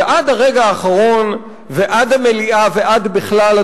ועד הרגע האחרון ועד המליאה בכלל,